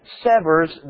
severs